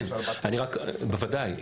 בוודאי.